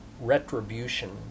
retribution